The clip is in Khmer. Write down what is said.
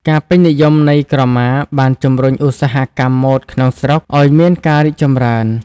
ការពេញនិយមនៃក្រមាបាន ជំរុញឧស្សាហកម្មម៉ូដក្នុងស្រុក ឲ្យមានការរីកចម្រើន។